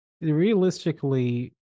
realistically